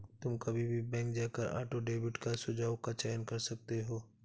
तुम कभी भी बैंक जाकर ऑटो डेबिट का सुझाव का चयन कर सकते हो